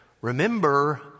remember